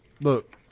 look